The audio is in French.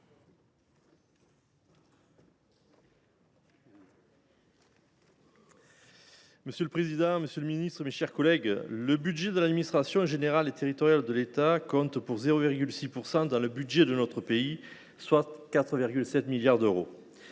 Monsieur le président, monsieur le secrétaire d’État, mes chers collègues, le budget de l’administration générale et territoriale de l’État représente 0,6 % du budget de notre pays, soit 4,7 milliards d’euros.